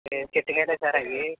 ఏ చెట్టుకు అయిన సార్ అవి